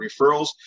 referrals